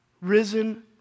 risen